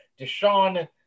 Deshaun –